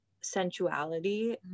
sensuality